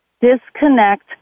disconnect